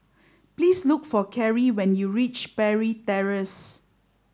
please look for Keri when you reach Parry Terrace